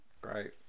Great